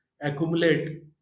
accumulate